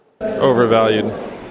Overvalued